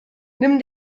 nimm